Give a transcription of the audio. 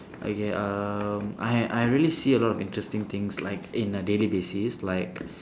okay um I I really see a lot of interesting things like in a daily basis like